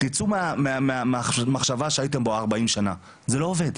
תצאו מהמחשבה שהייתם בה ארבעים שנה, זה לא עובד,